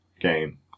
game